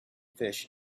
fish